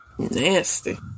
nasty